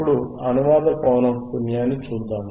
ఇప్పుడు అనునాద పౌనఃపున్యాన్ని చూద్దాం